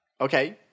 Okay